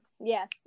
Yes